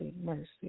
mercy